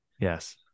Yes